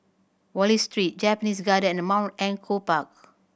Wallich Street Japanese Garden and Mount Echo Park